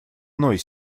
иной